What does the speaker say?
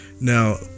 Now